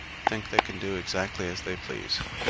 think they can do exactly as they please.